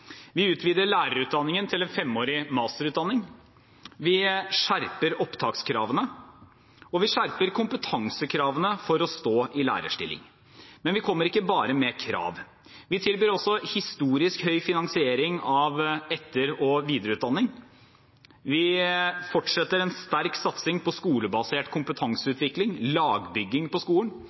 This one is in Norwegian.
Vi utvider lærerutdanningen til en femårig masterutdanning, vi skjerper opptakskravene, og vi skjerper kompetansekravene for å stå i lærerstilling. Men vi kommer ikke bare med krav. Vi tilbyr også historisk høy finansiering av etter- og videreutdanning. Vi fortsetter en sterk satsing på skolebasert kompetanseutvikling, lagbygging på skolen.